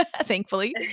thankfully